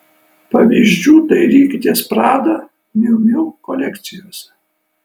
pavyzdžių dairykitės prada miu miu kolekcijose